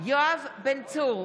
יואב בן צור,